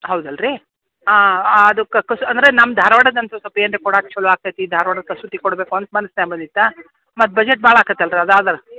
ಹೌದಲ್ಲ ರೀ ಹಾಂ ಹಾಂ ಅದು ಕಸು ಅಂದರೆ ನಮ್ದು ಧಾರ್ವಾಡದ್ದು ಅಂತ ಸ್ವಲ್ಪ ಏನು ರೀ ಕೊಡಕ್ಕೆ ಚಲೋ ಆಗ್ತೈತಿ ಧಾರ್ವಾಡದ ಕಸೂತಿ ಕೊಡಬೇಕು ಅಂತ ಇಟ್ಟು ಮತ್ತು ಬಜೆಟ್ ಭಾಳ ಆಗತಲ್ಲ ರೀ ಅದಾದ್ರೆ